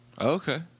Okay